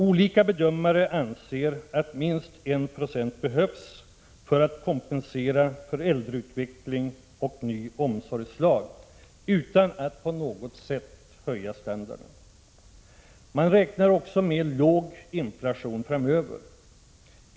Olika bedömare anser att minst 1 96 behövs för att kompensera för äldreutveckling och ny omsorgslag utan att på något sätt höja standarden. Man räknar också med låg inflation framöver.